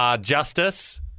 Justice